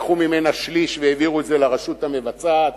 לקחו ממנה שליש והעבירו את זה לרשות המבצעת,